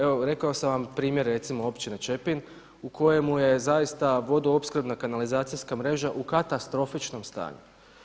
Evo rekao sam vam primjer recimo općine Čepin u kojemu je zaista vodoopskrbna kanalizacijska mreža u katastrofičnom stanju.